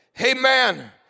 Amen